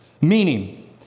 meaning